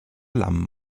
lamm